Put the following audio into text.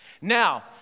Now